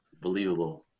believable